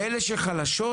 באלו שחלשות,